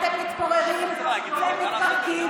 אתם מתפוררים ומתפרקים,